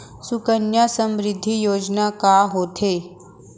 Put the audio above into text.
सुकन्या समृद्धि योजना का होथे